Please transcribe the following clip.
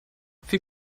viel